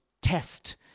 test